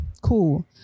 cool